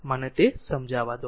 મને તે સમજાવા દો